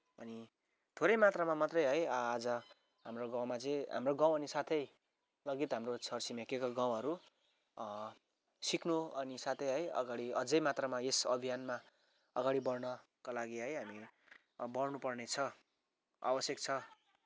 अनि थोरै मात्रामा मात्रै है आज हाम्रो गाउँमा चाहिँ हाम्रो गाउँ अनि साथै लगायत हाम्रो छर छिमेकीहरूको गाउँहरू सिक्नु अनि साथै है अगाडि अझै मात्रामा यस अभियानमा अगाडि बढ्नका लागि है हामी बढ्नुपर्नेछ आवश्यक छ